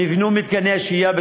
נבנו מתקני השהייה,